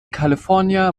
california